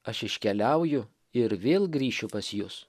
aš iškeliauju ir vėl grįšiu pas jus